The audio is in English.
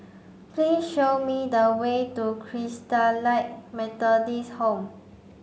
please show me the way to Christalite Methodist Home